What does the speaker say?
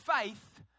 faith